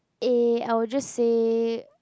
eh I would just say